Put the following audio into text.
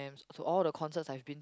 ~cams so all the concerts I've been